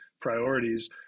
priorities